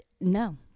No